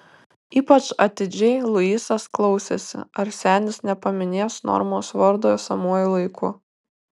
ypač atidžiai luisas klausėsi ar senis nepaminės normos vardo esamuoju laiku